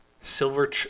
silver